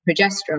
progesterone